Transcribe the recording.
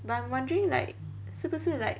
but I'm wondering like 是不是 like